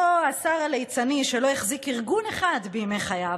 אותו שר ליצני, שלא החזיק ארגון אחד בימי חייו,